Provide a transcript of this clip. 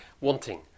wanting